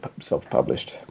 self-published